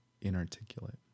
inarticulate